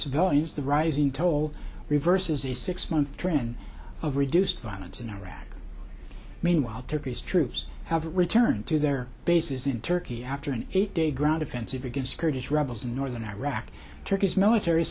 civilians the rising toll reverses a six month trend of reduced violence in iraq meanwhile turkish troops have returned to their bases in turkey after an eight day ground offensive against kurdish rebels in northern iraq turkey's military